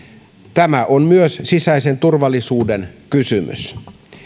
tämä on myös sisäisen turvallisuuden kysymys